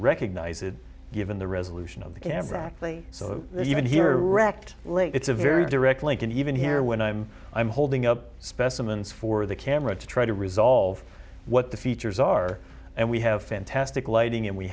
recognize it given the resolution of the can ever actually so even here wrecked late it's a very direct link and even here when i'm i'm holding up specimens for the camera to try to resolve what the features are and we have fantastic lighting and we